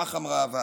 כך אמרה הוועדה.